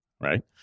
right